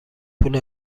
پول